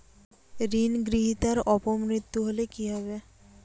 ঋণ গ্রহীতার অপ মৃত্যু হলে কি হবে?